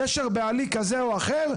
קשר בעלי כזה או אחר,